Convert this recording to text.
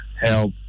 help